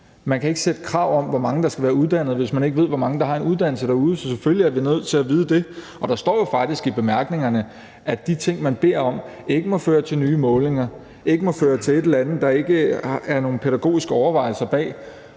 Man kan ikke sætte krav om, hvor mange der skal være uddannet, hvis man ikke ved, hvor mange der har en uddannelse derude. Så selvfølgelig er vi nødt til at vide det. Og der står jo faktisk i bemærkningerne, at de ting, man beder om, ikke må føre til nye målinger, ikke må føre til et eller andet, der ikke er nogen pædagogiske overvejelser bag.